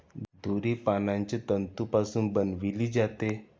दोरी पानांच्या तंतूपासून बनविली जाते